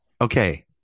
Okay